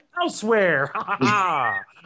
elsewhere